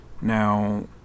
Now